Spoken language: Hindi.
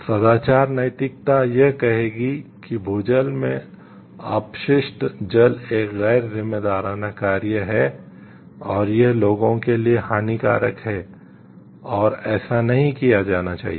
सदाचार नैतिकता यह कहेगी कि भूजल में अपशिष्ट जल एक गैर जिम्मेदाराना कार्य है और यह लोगों के लिए हानिकारक है और ऐसा नहीं किया जाना चाहिए